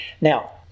Now